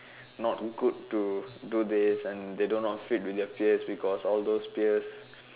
not good to do this and they do not fit with their peers because all those peers